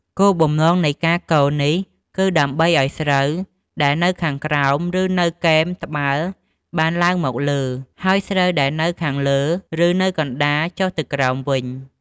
គោលបំណងនៃការកូរនេះគឺដើម្បីឱ្យស្រូវដែលនៅខាងក្រោម ឬនៅគែមត្បាល់បានឡើងមកលើ ហើយស្រូវដែលនៅខាងលើ ឬនៅកណ្តាលចុះទៅក្រោមវិញ។